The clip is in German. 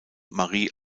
marie